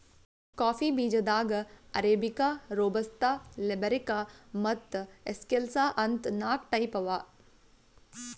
coffee ಬೀಜಾದಾಗ್ arabica, robusta, liberica ಮತ್ತ್ excelsa ಅಂತ್ ನಾಕ್ ಟೈಪ್ ಅವಾ